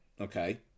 Okay